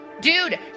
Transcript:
dude